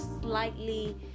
slightly